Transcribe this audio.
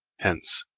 hence,